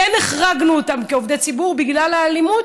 כן החרגנו אותם כעובדי ציבור, בגלל האלימות.